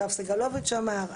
יואב סגלוביץ' אמר,